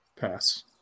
Pass